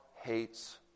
hates